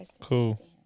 cool